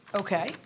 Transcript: Okay